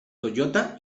toyota